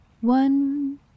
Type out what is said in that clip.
One